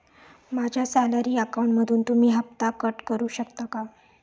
माझ्या सॅलरी अकाउंटमधून तुम्ही हफ्ता कट करू शकता का?